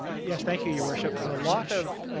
ah yes, thank you, your worship. a lot of